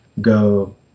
Go